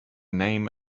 name